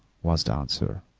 was the answer.